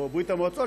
או ברית המועצות,